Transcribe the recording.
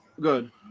Good